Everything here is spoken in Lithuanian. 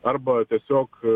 arba tiesiog